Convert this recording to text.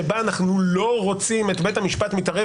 שבהם אנחנו לא רוצים את בית המשפט מתערב